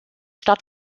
stadt